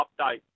update